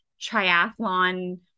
triathlon